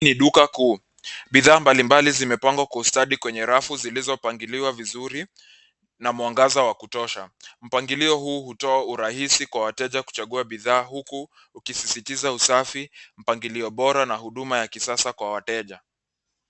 Hii ni duka kuu. Bidhaa mbalimbali zimepangwa kwa ustadi kwenye rafu zilizopangiliwa vizuri na mwangaza wa kutosha. Mpangilio huu hutoa urahisi kwa wateja kuchagua bidhaa huku ukisisitiza usafi, mpangilio bora na huduma ya kisasa kwa wateja.